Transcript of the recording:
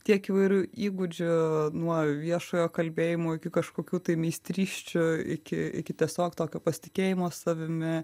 tiek įvairių įgūdžių nuo viešojo kalbėjimo iki kažkokių tai meistrysčių iki iki tiesiog tokio pasitikėjimo savimi